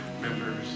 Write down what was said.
members